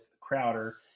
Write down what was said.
Crowder